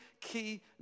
key